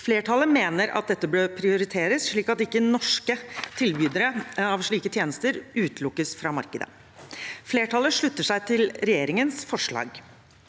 Flertallet mener at dette bør prioriteres, slik at ikke norske tilbydere av slike tjenester utelukkes fra markedet. Flertallet slutter seg til regjeringens forslag.